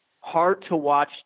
hard-to-watch